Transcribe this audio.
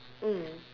mm